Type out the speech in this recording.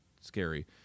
scary